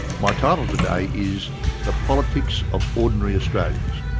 my title today is the politics of ordinary australians.